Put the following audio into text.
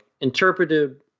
interpretive